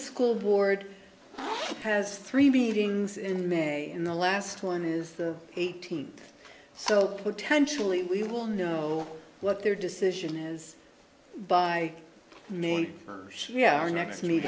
school board has three meetings in may and the last one is the eighteenth so potentially we will know what their decision is by name our next me